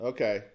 Okay